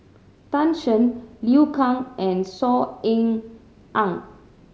Tan Shen Liu Kang and Saw Ean Ang